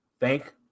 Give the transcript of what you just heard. Thank